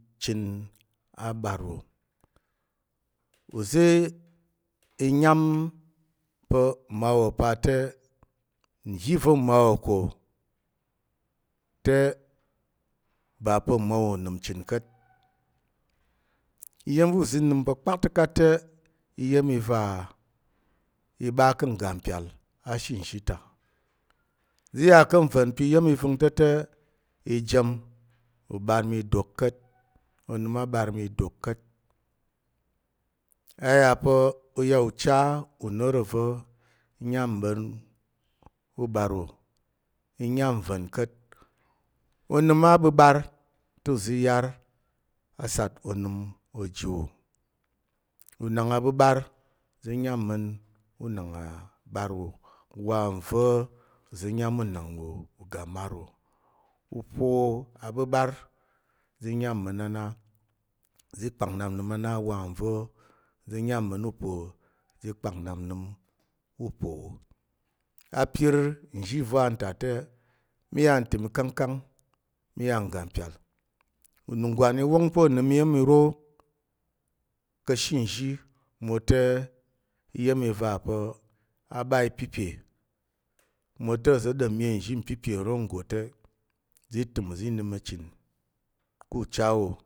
Chən aɓar wò uzi i nyám pa̱ mmawo pa te nzhi va̱ mmawo ko te ba pa̱ mmawo unəm chən ka̱t. Iya̱m va̱ uzi i nəm pa̱ kpakta̱kat te, iya̱m i va i ɓa ka̱ ngga mpyal ashe nzhi ta uzi iya ka̱ nva̱n pa̱ iya̱m i vəng ta̱ te i jəm uɓar i dok ka̱t. A yà pa̱ u ya unoro va̱ nyám mma̱n ûɓar wò i yang nvan ka̱t onəm aɓəɓar te uzi i yar a sat onəm oji wò. Unang aɓəɓar uzi i yar unang aɓar wò wa nva uzi i yar unang wò uga mmar wò. Upo aɓəɓar uzi nyám mma̱n a na uzi kpak nnap nəm a na wa nva uzi i nyám nnap nnəm upo wò. Apir nzhi va̱ wanta te, mí ya ntəm ikangkang mí ya ngga mpyal, unungwan i wong pa̱ ônəm iya̱m iro ka̱she nzhi, mwote iya̱m i va pa̱ a ɓa ipipe mwote uza̱ ɗom mme nzhi mpipe nro nggo te uzi i nəm i chən nzəng ku ucha wò.